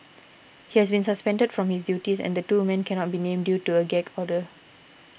he has been suspended from his duties and the two men cannot be named due to a gag order